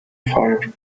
fire